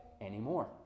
anymore